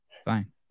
Fine